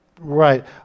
Right